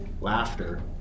Laughter